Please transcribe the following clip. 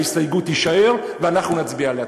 ההסתייגות תישאר, ואנחנו נצביע עליה.